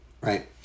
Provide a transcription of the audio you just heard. right